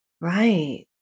Right